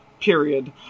period